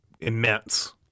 immense